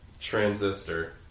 Transistor